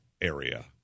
area